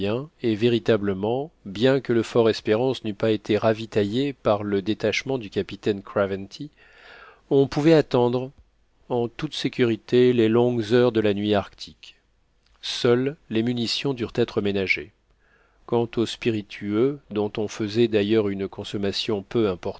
et véritablement bien que le fort espérance n'eût pas été ravitaillé par le détachement du capitaine craventy on pouvait attendre en toute sécurité les longues heures de la nuit arctique seules les munitions durent être ménagées quant aux spiritueux dont on faisait d'ailleurs une consommation peu